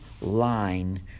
line